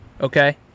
okay